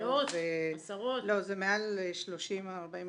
מעל 30 או 40,